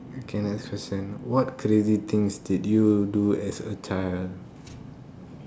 okay next question what crazy things did you do as a child